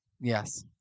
Yes